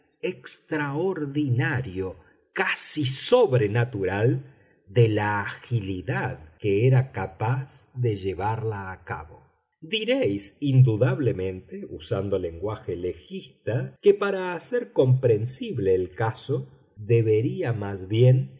extraordinario casi sobrenatural de la agilidad que era capaz de llevarla a cabo diréis indudablemente usando lenguaje legista que para hacer comprensible el caso debería más bien